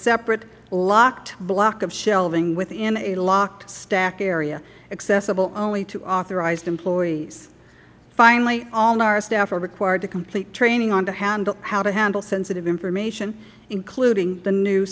separate locked block of shelving within a locked stack area accessible only to authorized employees finally all nara staff are required to complete training on how to handle sensitive information including the new